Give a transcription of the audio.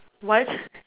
what